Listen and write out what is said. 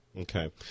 Okay